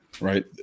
right